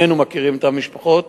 שנינו מכירים את המשפחות.